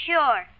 Sure